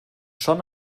schon